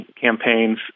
campaigns